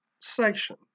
section